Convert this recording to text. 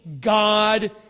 God